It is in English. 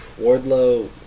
Wardlow